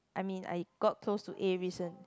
I mean I got close to A recent